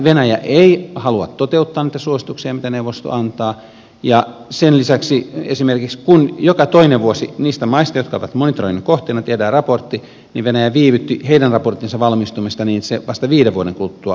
venäjä ei halua toteuttaa niitä suosituksia mitä neuvosto antaa ja sen lisäksi esimerkiksi kun joka toinen vuosi niistä maista jotka ovat monitoroinnin kohteena tehdään raportti venäjä viivytti raporttinsa valmistumista niin että se vasta viiden vuoden kuluttua valmistui